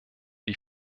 die